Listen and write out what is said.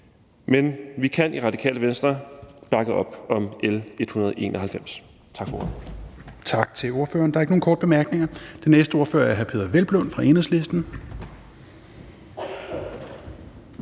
men vi kan i Radikale Venstre bakke op om L 191. Tak for ordet.